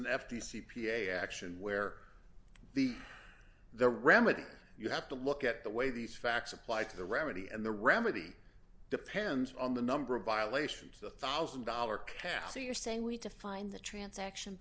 an f d c p a action where the the remedy you have to look at the way these facts apply to the remedy and the remedy depends on the number of violations the one thousand dollars cash so you're saying we need to find the transaction